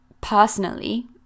personally